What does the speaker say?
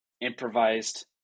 improvised